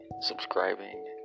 subscribing